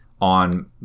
on